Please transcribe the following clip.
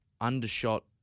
undershot